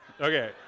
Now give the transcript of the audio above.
Okay